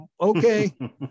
okay